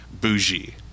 bougie